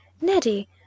neddy